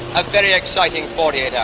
a very exciting forty eight hours.